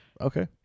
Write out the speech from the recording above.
Okay